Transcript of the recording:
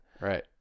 Right